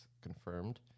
confirmed